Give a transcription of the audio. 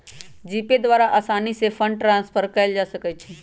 GPay द्वारा असानी से फंड ट्रांसफर कयल जा सकइ छइ